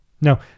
Now